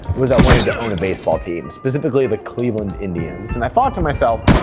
was i wanted to own a baseball team. specifically the cleveland indians. and i thought to myself,